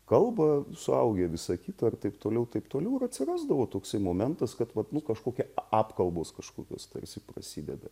kalba suaugę visa kita ir taip toliau taip toliau ir atsirasdavo toksai momentas kad vat nu kažkokia apkalbos kažkokios tarsi prasideda